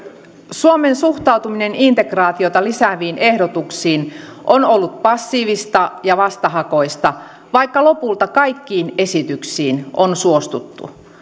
suomen suhtautuminen integraatiota lisääviin ehdotuksiin on ollut passiivista ja vastahakoista vaikka lopulta kaikkiin esityksiin on suostuttu